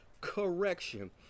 correction